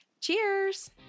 Cheers